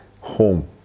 home